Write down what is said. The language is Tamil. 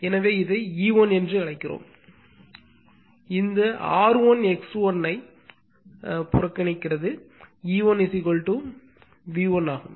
எனவே இதை E1 என்று அழைக்கிறோம் இந்த R1 X1 ஐ புறக்கணிக்கிறது E1 V1 ஆகும்